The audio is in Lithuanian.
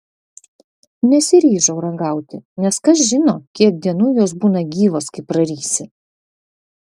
nesiryžau ragauti nes kas žino kiek dienų jos būna gyvos kai prarysi